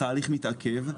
התהליך מתעכב,